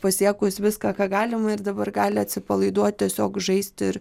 pasiekus viską ką galima ir dabar gali atsipalaiduot tiesiog žaisti ir